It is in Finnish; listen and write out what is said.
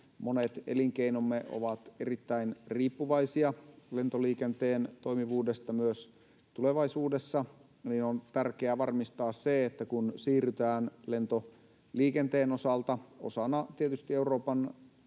monet elinkeinomme ovat erittäin riippuvaisia lentoliikenteen toimivuudesta myös tulevaisuudessa. Kun siirrytään lentoliikenteen osalta osana Euroopan